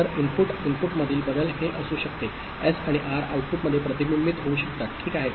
तर इनपुट इनपुटमधील बदल हे असू शकते एस आणि आर आउटपुटमध्ये प्रतिबिंबित होऊ शकतात ठीक आहे